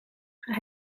hij